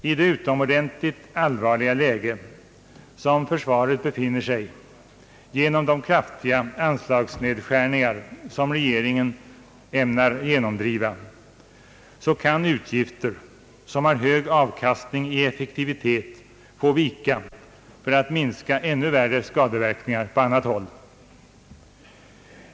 I det utomordentligt allvarliga läge, vari försvaret befinner sig genom de kraftiga anslagsnedskärningar som regeringen ämnar genomdriva, kan även utgifter som har hög avkastning i effektivitet få vika för att minska ännu värre skadeverkningar på annat håll.